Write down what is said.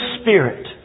spirit